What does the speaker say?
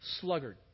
sluggard